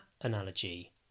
analogy